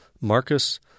Marcus